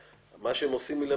שמה שהם עושים מלמטה,